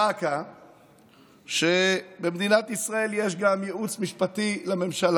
דא עקא שבמדינת ישראל יש גם ייעוץ משפטי לממשלה,